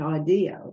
idea